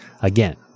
again